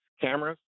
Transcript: cameras